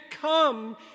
come